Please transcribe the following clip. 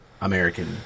American